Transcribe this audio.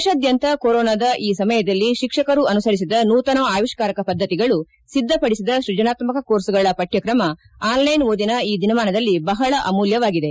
ದೇಶದಾದ್ಯಂತ ಕೊರೊನಾದ ಈ ಸಮಯದಲ್ಲಿ ಶಿಕ್ಷಕರು ಅನುಸರಿಸಿದ ನೂತನ ಆವಿಷ್ನಾರಕ ಪದ್ಧತಿಗಳು ಸಿದ್ಧಪದಿಸಿದ ಸ್ಪಜನಾತ್ಮಕ ಕೋರ್ಸ್ಗಳ ಪಠ್ಯಕ್ರಮ ಆನ್ಲ್ವೆನ್ ಓದಿನ ಈ ದಿನಮಾನದಲ್ಲಿ ಬಹಳ ಅಮೂಲ್ಯವಾಗಿವೆ